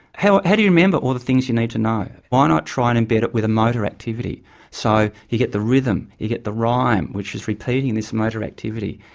how how do you remember all the things you need to know? why not try and embed it with a motor activity so that you get the rhythm, you get the rhyme which is repeating this motor activity,